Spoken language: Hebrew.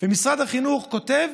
ומשרד החינוך כותב,